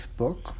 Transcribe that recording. book